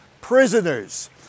prisoners